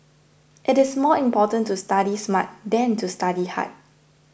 it is more important to study smart than to study hard